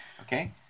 Okay